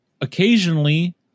occasionally